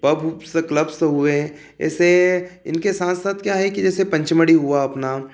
pubs clubs हुए ऐसे इनके साथ साथ क्या है कि जैसे पंचमढ़ी हुआ अपना